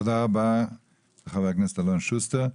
תודה רבה לחבר הכנסת אלון שוסטר.